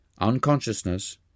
unconsciousness